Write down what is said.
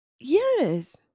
yes